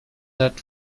that